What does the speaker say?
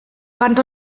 rand